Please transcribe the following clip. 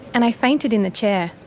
and i fainted in the chair.